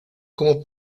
como